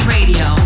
Radio